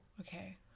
okay